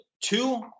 two